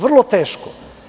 Vrlo teško.